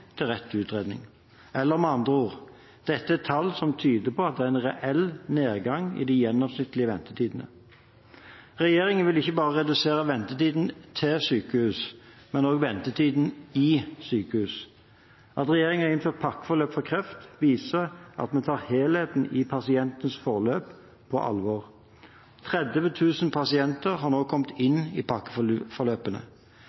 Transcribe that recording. til rett til utredning. Eller med andre ord: Dette er tall som tyder på at det er en reell nedgang i de gjennomsnittlige ventetidene. Regjeringen vil ikke bare redusere ventetiden til sykehus, men også ventetiden i sykehus. At regjeringen har innført pakkeforløp for kreft, viser at vi tar helheten i pasientens forløp på alvor. 30 000 pasienter har nå kommet